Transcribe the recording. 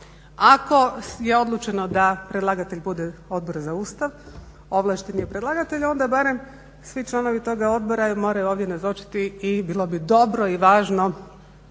Ako je odlučeno da predlagatelj bude Odbor za Ustav, ovlašteni je predlagatelj, onda barem svi članovi toga odbora moraju ovdje nazočiti. I bilo bi dobro i važno